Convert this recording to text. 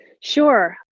Sure